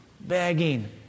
begging